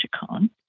Chacon